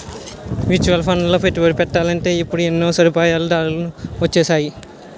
mutual ఫండ్లలో పెట్టుబడి పెట్టాలంటే ఇప్పుడు ఎన్నో సదుపాయాలు దారులు వొచ్చేసాయి